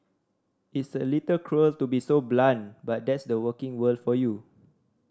it's a little cruel to be so blunt but that's the working world for you